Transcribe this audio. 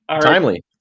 Timely